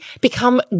become